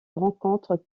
rencontrent